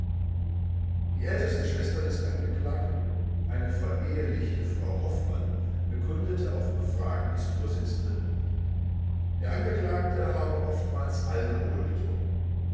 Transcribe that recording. die älteste schwester des angeklagten eine verehelichte frau hoffmann bekundete auf befragen des vorsitzenden der angeklagte habe oftmals alkohol getrunken